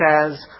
says